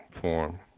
form